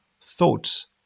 thoughts